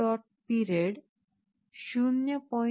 period 0